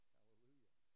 Hallelujah